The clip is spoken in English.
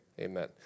amen